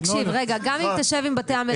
תקשיב: גם אם תשב עם בתי המלאכה,